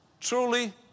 truly